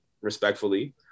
respectfully